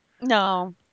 No